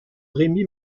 rémy